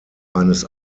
eines